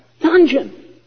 dungeon